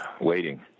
waiting